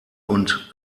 und